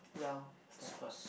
well Stanford